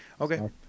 Okay